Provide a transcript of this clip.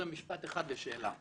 קודם משפט אחד ושאלה.